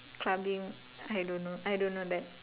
clubbing I don't know I don't know that